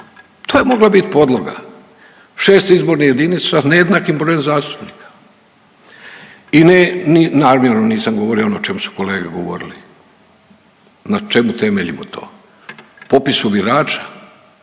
to je mogla bit podloga. Šest izbornih jedinica s nejednakim brojem zastupnika. I namjerno nisam govorio ono o čemu su kolege govorili, na čemu temeljimo to, popisu birača?